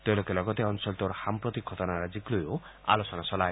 তেওঁলোকে লগতে অঞ্চলটোৰ সাম্প্ৰতিক ঘটনা ৰাজিক লৈও আলোচনা চলায়